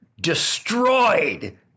destroyed